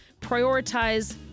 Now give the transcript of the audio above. prioritize